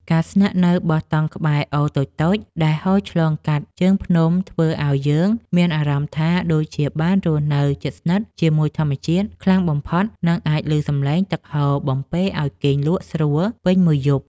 ការស្នាក់នៅបោះតង់ក្បែរអូរតូចៗដែលហូរឆ្លងកាត់ជើងភ្នំធ្វើឱ្យយើងមានអារម្មណ៍ថាដូចជាបានរស់នៅជិតស្និទ្ធជាមួយធម្មជាតិខ្លាំងបំផុត និង អាចឮសំឡេងទឹកហូរបំពេរឱ្យគេងលក់ស្រួលពេញមួយយប់។